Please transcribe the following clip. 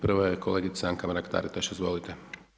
Prva je kolegica Anka Mrak-Taritaš, izvolite.